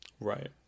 right